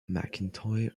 mcintyre